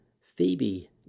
Phoebe